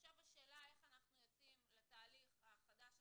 ועכשיו השאלה איך אנחנו יוצאים לתהליך החדש הזה.